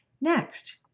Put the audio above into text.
Next